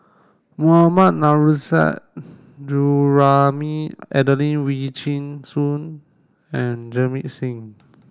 Mohammad Nurrasyid Juraimi Adelene Wee Chin Suan and Jamit Singh